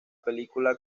película